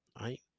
right